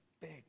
big